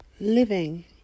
Living